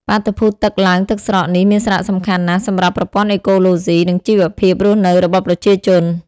បាតុភូតទឹកឡើងទឹកស្រកនេះមានសារៈសំខាន់ណាស់សម្រាប់ប្រព័ន្ធអេកូឡូស៊ី និងជីវភាពរស់នៅរបស់ប្រជាជន។